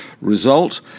result